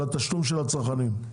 על התשלום של הצרכנים?